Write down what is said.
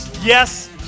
yes